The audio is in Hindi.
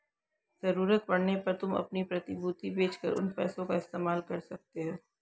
ज़रूरत पड़ने पर तुम अपनी प्रतिभूति बेच कर उन पैसों का इस्तेमाल कर सकते हो